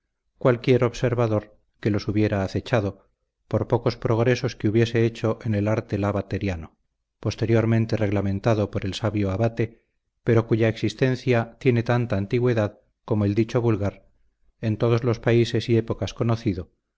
cualquier observador que los hubiera acechado por pocos progresos que hubiese hecho en el arte lavateriano posteriormente reglamentado por el sabio abate pero cuya existencia tiene tanta antigüedad como el dicho vulgar en todos los países y épocas conocido